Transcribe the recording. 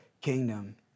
kingdom